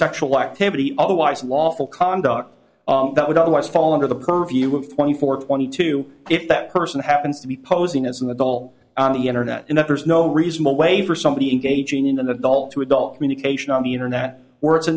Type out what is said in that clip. sexual activity otherwise lawful conduct that would otherwise fall under the purview of twenty four twenty two if that person happens to be posing as an adult on the internet and that there's no reasonable way for somebody engaging in an adult to adult communication on the internet where it's a